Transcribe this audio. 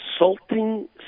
insulting